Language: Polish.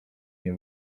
nie